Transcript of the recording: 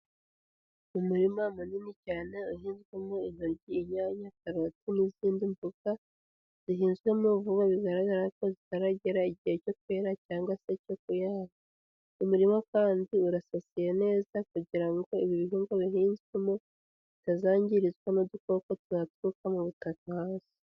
Umurima munini cyane uhinzwemo intoryi, inyanya, karoti n'izindi mbuto, zihinzwemo vuba bigaragara ko zitaragera igihe cyo kwera cyangwa se cyo kuyanga, umurima kandi urasasiye neza kugira ngo ibi bihingwa bihinzwemo, bitazangirizwa n'udukoko twaturuka mu butaka hasi.